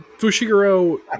Fushiguro